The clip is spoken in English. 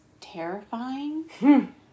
terrifying